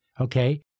okay